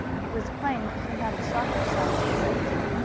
it was plain that he had a softer side to his nature,